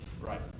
Right